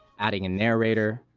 adding a narrator,